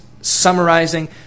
summarizing